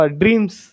dreams